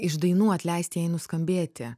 išdainuot leist jai nuskambėti